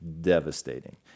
devastating